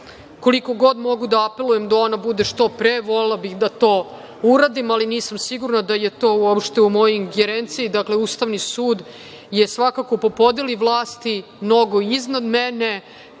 suda. Koliko god mogu da apelujem da ona bude što pre, volela bih da to uradim, ali nisam sigurna da je to uopšte u mojoj ingerenciji. Dakle, Ustavni sud je svakako po podeli vlasti mnogo iznad mene,